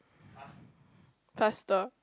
faster